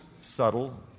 subtle